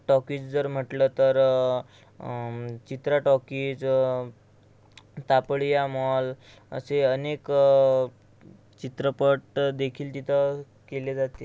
talkies जर म्हटलं तर चित्रा टॉकीजं तापडिया मॉल असे अनेक चित्रपटदेखील तिथं केले जाते